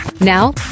Now